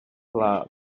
love